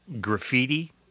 graffiti